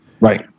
Right